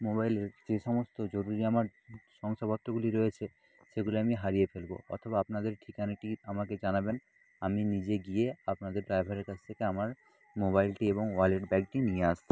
মোবাইলের যে সমস্ত জরুরি আমার শংসাপত্রগুলি রয়েছে সেগুলি আমি হারিয়ে ফেলবো অথবা আপনাদের ঠিকানাটি আমাকে জানাবেন আমি নিজে গিয়ে আপনাদের ড্রাইভারের কাছ থেকে আমার মোবাইলটি এবং ওয়ালেট ব্যাগটি নিয়ে আস